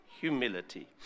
humility